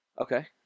Okay